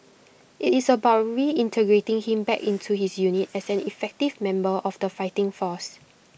IT is about reintegrating him back into his unit as an effective member of the fighting force